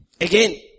again